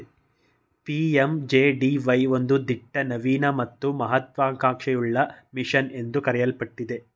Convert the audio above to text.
PMJDY ಒಂದು ದಿಟ್ಟ ನವೀನ ಮತ್ತು ಮಹತ್ವ ಕಾಂಕ್ಷೆಯುಳ್ಳ ಮಿಷನ್ ಎಂದು ಕರೆಯಲ್ಪಟ್ಟಿದೆ